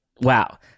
Wow